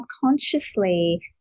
subconsciously